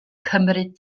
cymryd